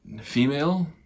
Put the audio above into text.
female